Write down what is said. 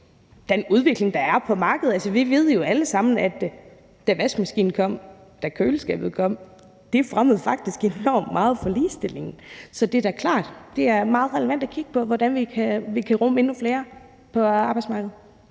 den udvikling, der er på markedet. Vi ved jo alle sammen, at da vaskemaskinen kom, da køleskabet kom, fremmede det faktisk enormt meget for ligestillingen. Så det er da klart, at det er meget relevant at kigge på, hvordan vi kan rumme endnu flere på arbejdsmarkedet.